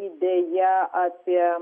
idėja apie